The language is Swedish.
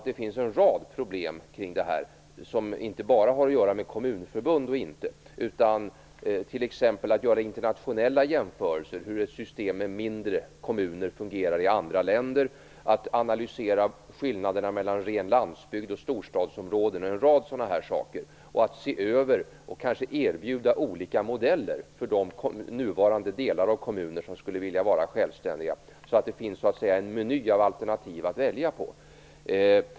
Det finns en rad problem kring det här som inte bara har att göra med frågan om vi skall ha kommunförbund eller inte. Det kan t.ex. gälla att göra internationella jämförelser för att se hur ett system med mindre kommuner fungerar i andra länder, att analysera skillnader mellan ren landsbygd och storstadsområden och att se över och erbjuda olika modeller för nuvarande delar av kommuner som skulle vilja vara självständiga, så att det så att säga finns en meny av alternativ att välja på.